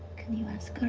can you ask her,